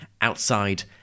outside